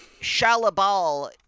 Shalabal